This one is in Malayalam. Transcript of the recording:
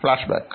flash back